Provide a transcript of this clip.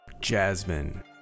jasmine